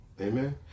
Amen